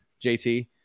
JT